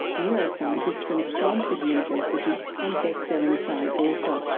neuroscientist from stanford university and best-selling science author.